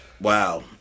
Wow